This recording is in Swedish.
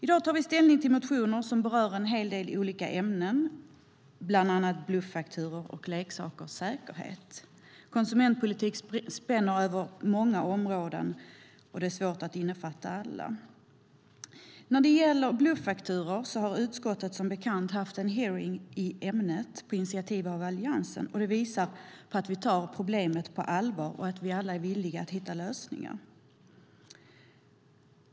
I dag tar vi ställning till motioner som berör en hel del olika ämnen, bland annat bluffakturor och leksakers säkerhet. Konsumentpolitik spänner över många områden, och det är svårt att omfatta alla. När det gäller bluffakturor har utskottet som bekant haft en hearing i ämnet på initiativ av Alliansen. Det visar att vi tar problemet på allvar och att vi alla är villiga att hitta lösningar.